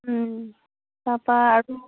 তাৰপৰা আৰু